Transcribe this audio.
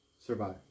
survive